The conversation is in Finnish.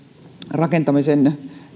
rakentamisen